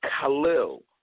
Khalil